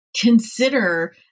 consider